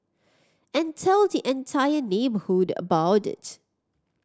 and tell the entire neighbourhood about it